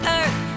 earth